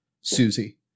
Susie